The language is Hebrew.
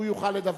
הוא יוכל לדווח.